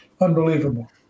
unbelievable